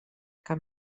cap